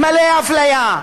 מלא אפליה.